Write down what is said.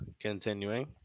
continuing